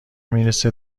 میرسه